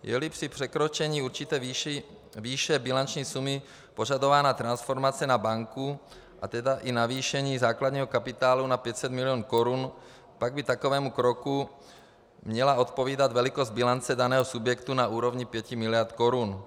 Jeli při překročení určité výše bilanční sumy požadována transformace na banku, a tedy i navýšení základního kapitálu na 500 milionů korun, pak by takovému kroku měla odpovídat velikost bilance daného subjektu na úrovni 5 miliard korun.